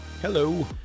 hello